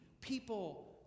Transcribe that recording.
people